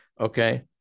okay